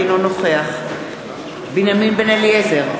אינו נוכח בנימין בן-אליעזר,